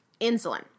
Insulin